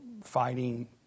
fighting